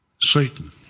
Satan